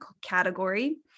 category